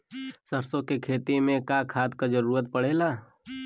सरसो के खेती में का खाद क जरूरत पड़ेला?